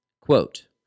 Quote